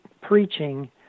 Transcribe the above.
preaching